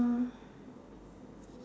hmm